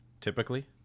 Typically